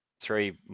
three